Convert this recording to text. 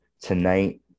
tonight